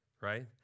right